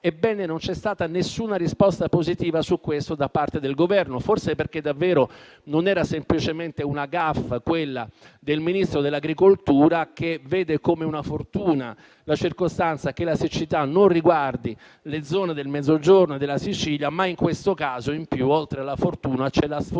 Ebbene, non c'è stata alcuna risposta positiva su questo da parte del Governo, forse perché davvero non era una semplice *gaffe* quella del Ministro dell'agricoltura, che vede come una fortuna la circostanza che la siccità non riguardi le zone del Mezzogiorno e della Sicilia. Ma in questo caso, oltre alla fortuna, c'è la sfortuna